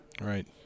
right